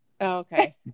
Okay